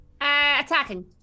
attacking